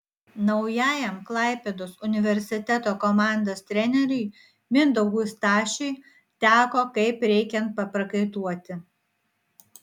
naujajam klaipėdos universiteto komandos treneriui mindaugui stašiui teko kaip reikiant paprakaituoti